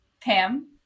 Pam